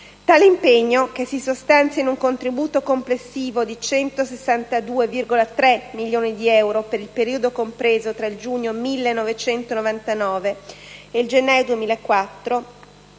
Tale impegno, che si sostanzia in un contributo complessivo di 162,3 milioni di euro per il periodo compreso tra il giugno 1999 e il gennaio 2004,